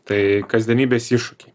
tai kasdienybės iššūkiai